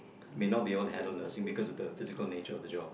may not be able to handle nursing because of the physical nature of the job